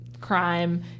crime